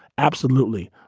absolutely.